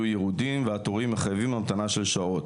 ירודים והתורים מחייבים המתנה של שעות.